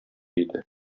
иде